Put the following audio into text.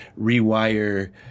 rewire